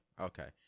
Okay